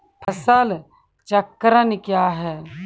फसल चक्रण कया हैं?